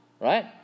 right